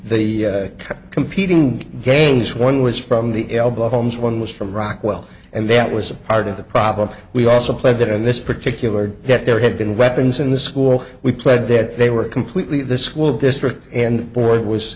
the competing games one was from the elbow homes one was from rockwell and that was part of the problem we also played that in this particular that there had been weapons in the school we played that they were completely the school district and board was